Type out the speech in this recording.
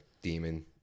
demon